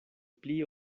pli